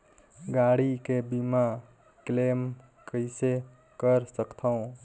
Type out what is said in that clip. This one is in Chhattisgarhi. गाड़ी के बीमा क्लेम कइसे कर सकथव?